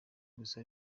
gusa